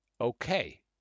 Okay